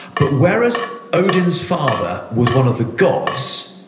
but whereas odin's father was one of the gods,